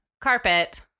Carpet